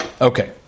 Okay